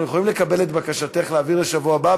אנחנו יכולים לקבל את בקשתך להעביר לשבוע הבא,